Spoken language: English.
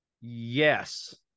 yes